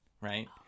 right